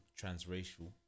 transracial